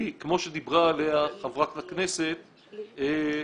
כמו שדיברה חברת הכנסת לאה,